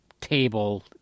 table